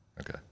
Okay